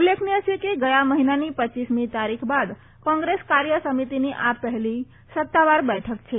ઉલ્લેખનીય છે કે ગયા મહિનાની રપમી તારીખ બાદ કોંગ્રેસ કાર્ય સમિતિની આ પહેલી સત્તાવાર બેઠક છે